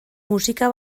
musika